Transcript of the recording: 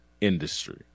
industry